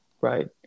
Right